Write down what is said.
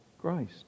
Christ